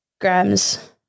grams